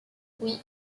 oui